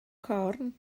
corn